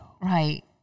right